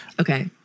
Okay